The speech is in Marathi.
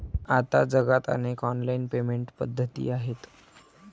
आता जगात अनेक ऑनलाइन पेमेंट पद्धती आहेत